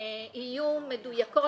יהיו מדויקות,